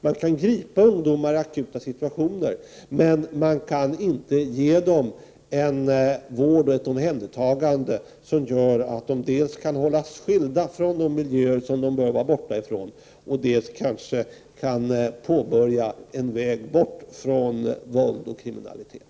Man kan gripa ungdomar i akuta situationer, men man kan inte ge dem en vård och ett omhändertagande som gör att de dels kan hållas skilda från de miljöer som de bör vara borta från, dels kan påbörja en väg bort från våld och kriminalitet.